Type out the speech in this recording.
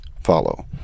follow